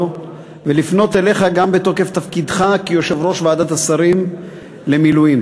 ולפנות אליך גם בתוקף תפקידך כיושב-ראש ועדת השרים למילואים,